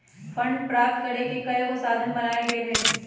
fund प्राप्त करेके कयगो साधन बनाएल गेल हइ